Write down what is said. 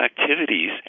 activities